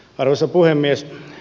arvoisa puhemies